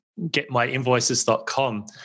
getmyinvoices.com